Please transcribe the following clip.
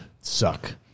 suck